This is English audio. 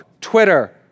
Twitter